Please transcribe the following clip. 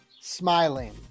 smiling